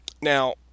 Now